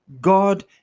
God